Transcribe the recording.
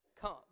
come